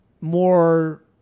more